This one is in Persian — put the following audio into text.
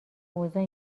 اوضاع